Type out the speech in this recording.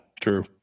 true